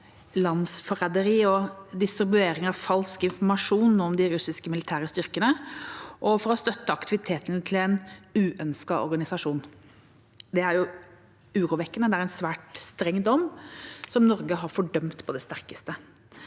landsforræderi og distribuering av falsk informasjon om de russiske militære styrkene og for å støtte aktiviteten til en uønsket organisasjon. Det er urovekkende. Det er en svært streng dom, som Norge har fordømt på det sterkeste.